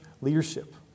leadership